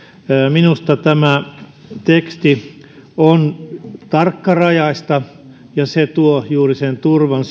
minusta tämä teksti on tarkkarajaista ja se tuo juuri sen turvan